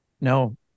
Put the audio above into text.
No